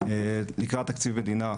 עיקר תקציב מדינה.